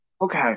Okay